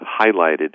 highlighted